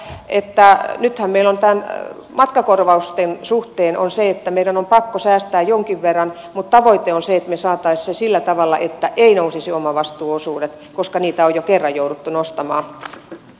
nythän meillä on matkakorvausten suhteen niin että meidän on pakko säästää jonkin verran mutta tavoite on se että me saisimme sen sillä tavalla että omavastuuosuudet eivät nousisi koska niitä on jo kerran jouduttu nostamaan